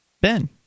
Ben